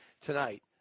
tonight